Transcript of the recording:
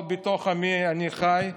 אבל בתוך עמי אני חי,